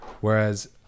Whereas